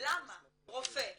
למה רופא שהיום,